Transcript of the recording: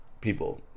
people